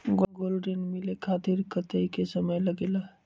Gold ऋण मिले खातीर कतेइक समय लगेला?